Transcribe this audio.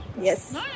Yes